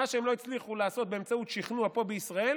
מה שהם לא הצליחו לעשות באמצעות שכנוע פה בישראל,